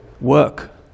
work